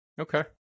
Okay